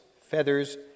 feathers